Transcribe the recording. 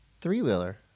three-wheeler